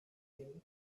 you